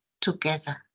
together